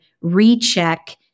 recheck